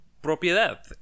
propiedad